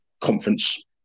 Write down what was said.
conference